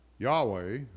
Yahweh